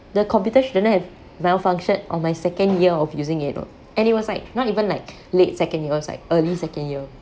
the computer shouldn't have malfunctioned on my second year of using it [what] and it was like not even like late second year it was like early second year